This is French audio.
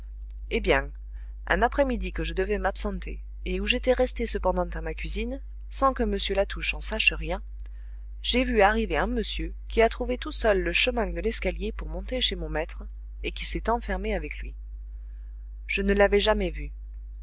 eh bien un après-midi que je devais m'absenter et où j'étais restée cependant à ma cuisine sans que m latouche en sache rien j'ai vu arriver un monsieur qui a trouvé tout seul le chemin de l'escalier pour monter chez mon maître et qui s'est enfermé avec lui je ne l'avais jamais vu